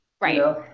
Right